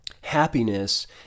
Happiness